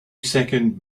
second